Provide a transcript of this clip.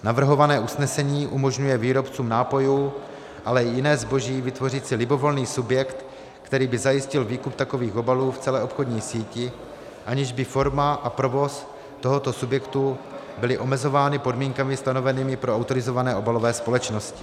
Navrhované usnesení umožňuje výrobcům nápojů, ale i jiného zboží vytvořit si libovolný subjekt, který by zajistil výkup takových obalů v celé obchodní síti, aniž by forma a provoz tohoto subjektu byly omezovány podmínkami stanovenými pro autorizované obalové společnosti.